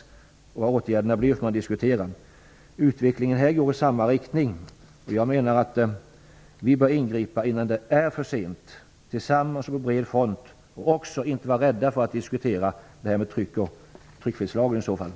Man får naturligtvis diskutera vilka åtgärder som skall vidtas. Utvecklingen här går i samma riktning, och jag menar att vi bör ingripa tillsammans på bred front innan det är för sent. Vi får inte heller vara rädda för att diskutera tryckfrihetslagen i det här fallet.